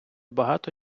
багато